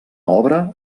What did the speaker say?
obra